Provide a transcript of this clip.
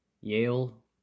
Yale